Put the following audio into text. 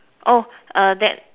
oh err that